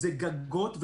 שזה גגות,